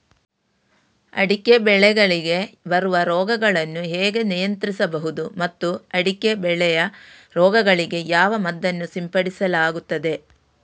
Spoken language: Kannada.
ಅಡಿಕೆ ಬೆಳೆಗಳಿಗೆ ಬರುವ ರೋಗಗಳನ್ನು ಹೇಗೆ ನಿಯಂತ್ರಿಸಬಹುದು ಮತ್ತು ಅಡಿಕೆ ಬೆಳೆಯ ರೋಗಗಳಿಗೆ ಯಾವ ಮದ್ದನ್ನು ಸಿಂಪಡಿಸಲಾಗುತ್ತದೆ?